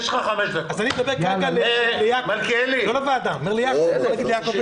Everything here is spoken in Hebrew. אנחנו יודעים איך מתייחסת הסביבה לזה,